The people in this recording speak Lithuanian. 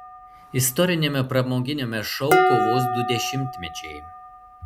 istoriniame pramoginiame šou kovos du dešimtmečiai